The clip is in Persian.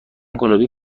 گلابی